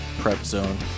prepzone